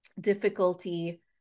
difficulty